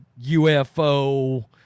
UFO